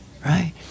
Right